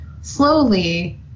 slowly